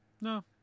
No